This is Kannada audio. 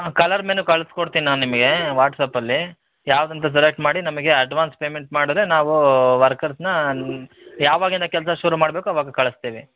ಹಾಂ ಕಲರ್ ಮೆನು ಕಳ್ಸ್ಕೊಡ್ತೀನಿ ನಾನು ನಿಮಗೆ ವಾಟ್ಸಪ್ ಅಲ್ಲಿ ಯಾವ್ದು ಅಂತ ಸೆಲೆಕ್ಟ್ ಮಾಡಿ ನಮಗೆ ಅಡ್ವಾನ್ಸ್ ಪೇಮೆಂಟ್ ಮಾಡದರೆ ನಾವು ವರ್ಕರ್ಸ್ನಾ ಯಾವಾಗಿಂದ ಕೆಲಸ ಶುರು ಮಾಡ್ಬೇಕು ಅವಾಗ ಕಳ್ಸ್ತೀವಿ